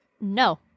No